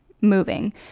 moving